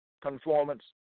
conformance